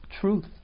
truth